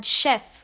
chef